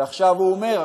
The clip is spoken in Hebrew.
ועכשיו הוא אומר,